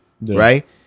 right